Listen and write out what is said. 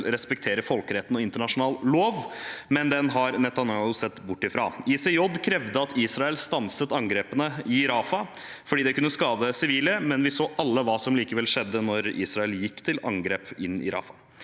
respekterer folkeretten og internasjonal lov, men det har Netanyahu sett bort fra. ICJ, den internasjonale domstolen, krevde at Israel stanset angrepene i Rafah fordi de kunne skade sivile, men vi så alle hva som likevel skjedde da Israel gikk til angrep inne i Rafah.